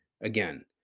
Again